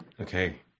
Okay